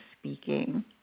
speaking